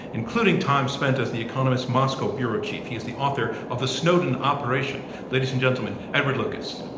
including time spent as the economist moscowbureau chief. he is the author of the snowden operation. ladies and gentlemen, edward lucas.